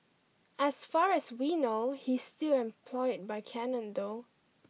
as far as we know he's still employed by Canon though